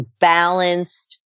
balanced